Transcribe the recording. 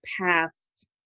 past